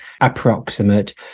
approximate